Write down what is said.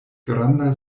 granda